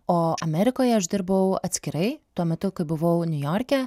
o amerikoje aš dirbau atskirai tuo metu kai buvau niujorke